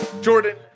Jordan